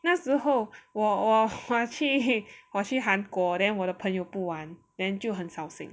那时候我我我去韩国 then 我的朋友不玩 then 就很伤心